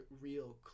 real